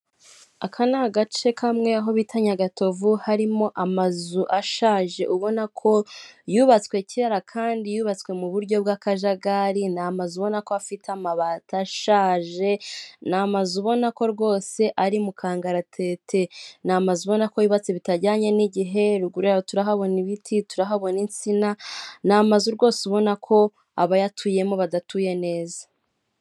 Aka ni agace kamwe aho bita nyagatovu, harimo amazu ashaje ubona ko yubatswe kera kandi yubatswe mu buryo bw'akajagari, ni amazu ubona ko afite amabati ashaje, ni amazu ubona ko rwose ari mu kangaratete. Ni amaze ubona ko yubatse bitajyanye n'igihe ruguru yaho turahabona ibiti, turahabona insina. Ni amazu rwose ubona ko abayatuyemo badatuye neza.